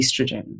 estrogen